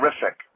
terrific